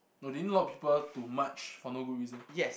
no they need a lot of people to march for no good reason